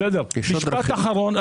בבקשה, משפט אחרון.